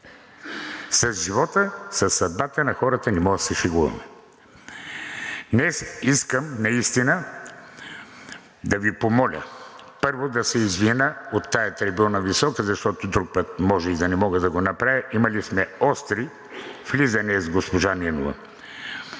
С живота, със съдбата на хората не може да се шегуваме. Днес искам наистина да Ви помоля. Първо да се извиня от тази висока трибуна, защото друг път може и да не мога да го направя. Имали сме остри влизания с госпожа Нинова.